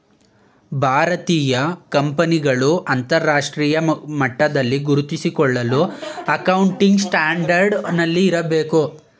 ಭಾರತೀಯ ಕಂಪನಿಗಳು ಅಂತರರಾಷ್ಟ್ರೀಯ ಮಟ್ಟದಲ್ಲಿ ಗುರುತಿಸಿಕೊಳ್ಳಲು ಅಕೌಂಟಿಂಗ್ ಸ್ಟ್ಯಾಂಡರ್ಡ್ ನಲ್ಲಿ ಇರಬೇಕು